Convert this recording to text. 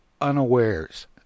unawares